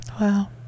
Wow